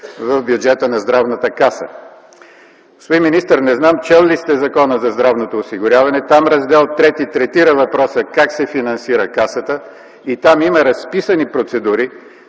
в бюджета на Здравната каза. Господин министър, не зная чел ли сте Закона за здравното осигуряване. Там Раздел ІІІ третира въпроса как се финансира Касата. И там има разписани процедури